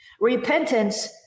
Repentance